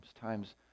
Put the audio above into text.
times